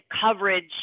coverage